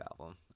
album